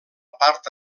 part